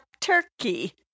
turkey